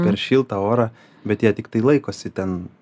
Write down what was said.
per šiltą orą bet jie tiktai laikosi ten